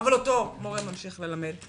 אבל אותו מורה ממשיך ללמד;